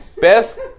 Best